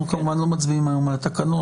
אנחנו כמובן לא מצביעים היום על התקנות,